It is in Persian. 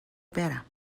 برم